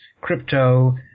crypto